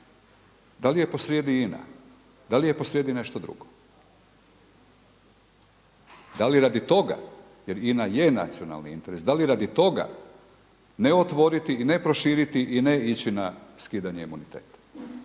Da li je posrijedi INA, da li je posrijedi nešto drugo? Da li radi toga jer INA je nacionalni interes, da li radi toga ne otvoriti i ne proširiti i ne ići na skidanje imuniteta?